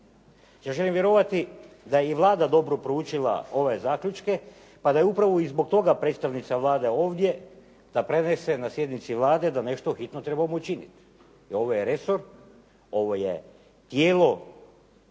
želim vjerovati da je i Vlada dobro proučila ove zaključke pa da je upravo i zbog toga predstavnica Vlade ovdje da prenese na sjednici Vlade da nešto hitno trebamo učiniti. Jer ovo je resor, ovo je tijelo